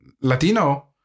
Latino